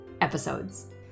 episodes